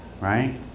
Right